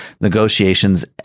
negotiations